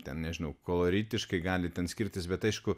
ten nežinau koloritiškai gali ten skirtis bet aišku